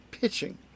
pitching